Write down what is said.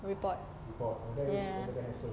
report ya